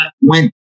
went